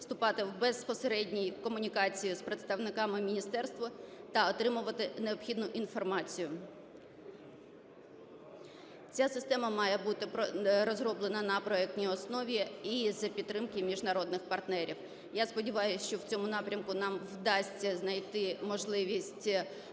вступати в безпосередні комунікації з представниками міністерства та отримувати необхідну інформацію. Ця система має бути розроблена на проектній основі і за підтримки міжнародних партнерів. Я сподіваюсь, що в цьому напрямку нам вдасться знайти можливість залучити